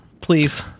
please